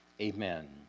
amen